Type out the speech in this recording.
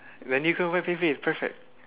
then you can Pei-Pei perfect